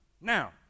Now